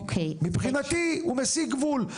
מבחינתי הוא מסיג גבול,